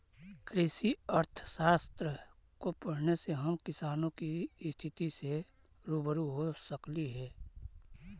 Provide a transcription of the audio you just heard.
कृषि अर्थशास्त्र को पढ़ने से हम किसानों की स्थिति से रूबरू हो सकली हे